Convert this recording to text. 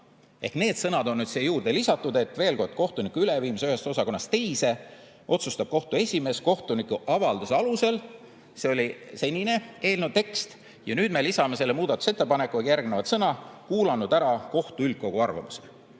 Need sõnad on nüüd siia juurde lisatud. "Kohtuniku üleviimise ühest osakonnast teise otsustab kohtu esimees kohtuniku avalduse alusel" – see oli senine eelnõu tekst. Ja nüüd me lisame selle muudatusettepanekuga järgnevad sõnad: "kuulanud ära kohtu üldkogu arvamuse".